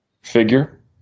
figure